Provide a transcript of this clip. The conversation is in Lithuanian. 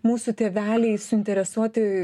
mūsų tėveliai suinteresuoti